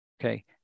okay